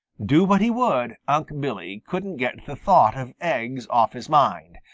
do what he would, unc' billy couldn't get the thought of eggs off his mind,